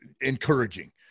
encouraging